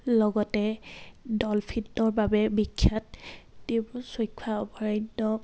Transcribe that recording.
লগতে ডলফিনৰ বাবে বিখ্যাত ডিব্ৰুচৈখোৱা অভয়াৰণ্য